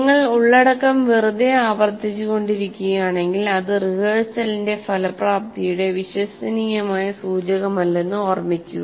നിങ്ങൾ ഉള്ളടക്കം വെറുതെ ആവർത്തിച്ചുകൊണ്ടിരിക്കുകയാണെങ്കിൽ അത് റിഹേഴ്സലിന്റെ ഫലപ്രാപ്തിയുടെ വിശ്വസനീയമായ സൂചകമല്ലെന്ന് ഓർമ്മിക്കുക